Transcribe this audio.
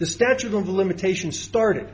the statute of limitations started